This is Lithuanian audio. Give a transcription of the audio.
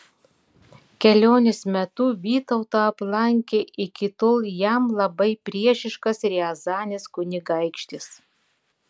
kelionės metu vytautą aplankė iki tol jam labai priešiškas riazanės kunigaikštis